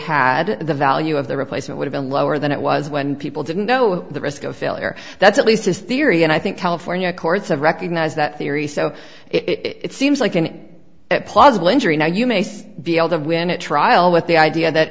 had the value of the replacement would have been lower than it was when people didn't know the risk of failure that's at least his theory and i think california courts have recognized that theory so it seems like an plausible injury now you may be able to win a trial with the idea that